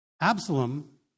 Absalom